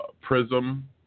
prism